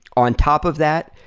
on top of that,